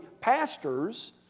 pastors